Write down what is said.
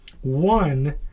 One